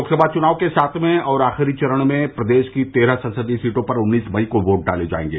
लोकसभा चुनाव के सातवें और आखिरी चरण में प्रदेश की तेरह संसदीय सीटों पर उन्नीस मई को वोट डाले जायेंगे